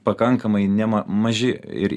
pakankamai nema maži ir